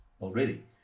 already